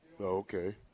Okay